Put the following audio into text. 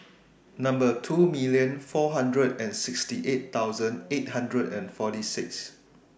two million four hundred and sixty eight thousand eight hundred and Fort six